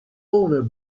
owner